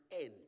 end